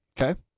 Okay